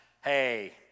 hey